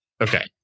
Okay